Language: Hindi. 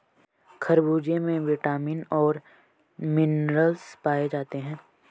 खरबूजे में विटामिन और मिनरल्स पाए जाते हैं